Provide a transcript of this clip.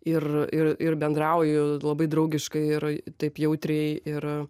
ir ir ir bendrauju labai draugiškai ir taip jautriai ir